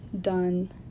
done